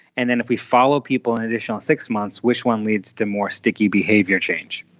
and then if we follow people an additional six months, which one leads to more sticky behaviour change.